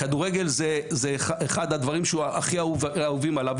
כדורגל זה אחד הדברים שהכי אהובים עליו,